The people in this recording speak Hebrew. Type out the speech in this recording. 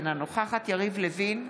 אינה נוכחת יריב לוין,